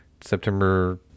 September